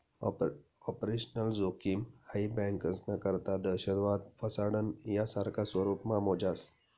operational जोखिम हाई बँकास्ना करता दहशतवाद, फसाडणं, यासारखा स्वरुपमा मोजास